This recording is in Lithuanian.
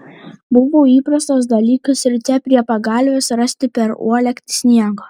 buvo įprastas dalykas ryte prie pagalvės rasti per uolektį sniego